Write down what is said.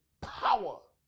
power